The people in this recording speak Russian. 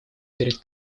перед